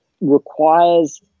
requires